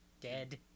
dead